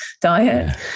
diet